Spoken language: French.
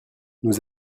nous